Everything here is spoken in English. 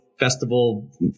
festival